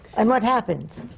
and what happens?